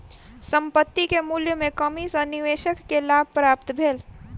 संपत्ति के मूल्य में कमी सॅ निवेशक के लाभ प्राप्त भेल